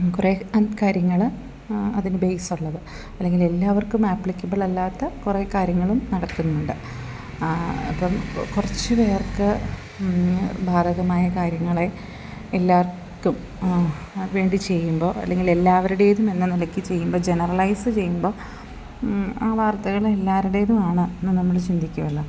കുറേ കാര്യങ്ങൾ അതിന് ബേസ് ഉള്ളത് അല്ലെങ്കിൽ എല്ലാവർക്കും ആപ്ലിക്കബിൾ അല്ലാത്ത കുറേ കാര്യങ്ങളും നടക്കുന്നുണ്ട് അപ്പം കുറച്ചു പേർക്ക് ബാധകമായ കാര്യങ്ങളെ എല്ലാവർക്കും വേണ്ടി ചെയ്യുമ്പോൾ അല്ലെങ്കിൽ എല്ലാവരുടേതുമെന്ന നിലയ്ക്ക് ചെയ്യുമ്പോൾ ജനറലൈസ് ചെയ്യുമ്പോൾ ആ വാർത്തകൾ എല്ലാവരുടേതുമാണ് എന്ന് നമ്മൾ ചിന്തിക്കുമല്ലോ